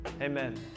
amen